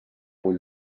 full